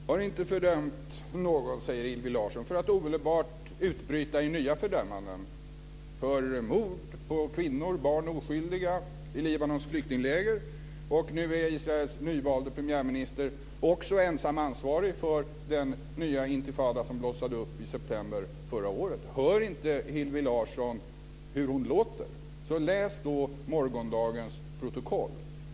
Fru talman! Jag har inte fördömt någon, säger Hillevi Larsson - för att omedelbart utbryta i nya fördömanden för mord på kvinnor, barn och oskyldiga i Libanons flyktingläger. Nu är Israels nyvalde premiärminister också ensam ansvarig för den nya intifada som blossade upp i september förra året. Hör inte Hillevi Larsson hur hon låter? Läs då morgondagens protokoll.